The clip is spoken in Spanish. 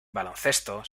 baloncesto